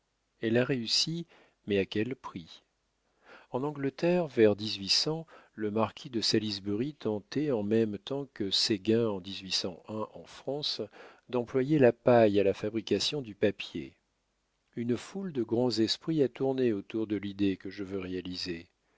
elle a réussi mais à quel prix en angleterre vers le marquis de salisbury tentait en même temps que séguin en en france d'employer la paille à la fabrication du papier une foule de grands esprits a tourné autour de l'idée que je veux réaliser